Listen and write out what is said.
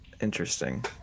Interesting